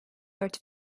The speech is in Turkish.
dört